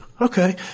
okay